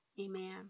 amen